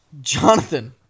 Jonathan